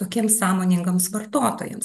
tokiems sąmoningams vartotojams